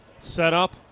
setup